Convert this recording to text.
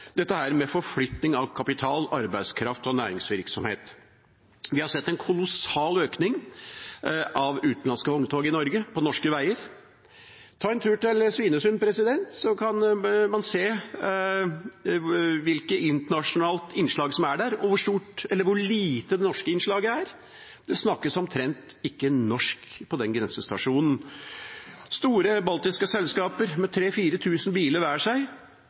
dette med forflytting av kapital, arbeidskraft og næringsvirksomhet. Vi har sett en kolossal økning av utenlandske vogntog i Norge, på norske veier. Ta en tur til Svinesund, så kan man se hvilket internasjonalt innslag som er der, og hvor lite det norske innslaget er. Det snakkes omtrent ikke norsk på den grensestasjonen. Det er store baltiske selskaper med 3 000–4 000 biler hver seg,